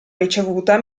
ricevuta